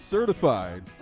Certified